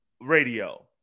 radio